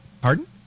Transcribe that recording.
Pardon